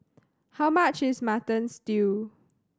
how much is Mutton Stew